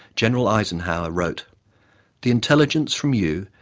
general eisenhower wrote the intelligence. from you.